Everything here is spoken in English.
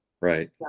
right